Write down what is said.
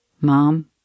Mom